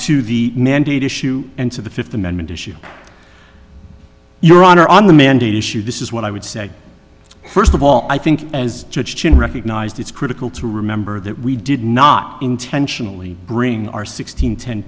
to the mandate issue and to the fifth amendment issue your honor on the mandate issue this is what i would say first of all i think as judge chin recognized it's critical to remember that we did not intentionally bring our sixteen ten